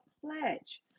pledge